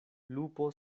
lupo